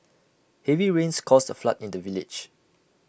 heavy rains caused A flood in the village